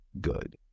good